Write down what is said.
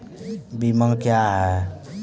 बीमा क्या हैं?